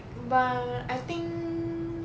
but I think